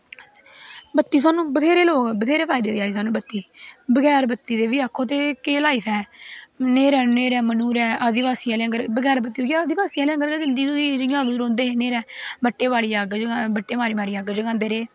बत्ती सानूं बत्थेरे फैदे देआ दी बत्ती बगैर बत्ती दे बी आक्खो ते केह् लाइफ ऐ न्हेरै मन्हूरै आदिवासी आह्लैं लेक्खै आंह्गर बगैर बत्ती आदिवासी आह्लैं आंह्गर गै जि'यां अदूं रौंह्दे हे न्हेरै बट्टे मारी मारी अग्ग जगांदे रेह्